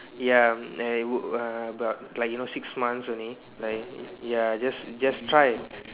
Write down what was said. ya and would err but like you know six months only like ya just just try